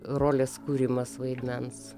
rolės kūrimas vaidmens